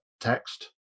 text